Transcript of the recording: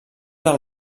del